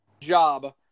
job